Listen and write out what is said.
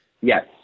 Yes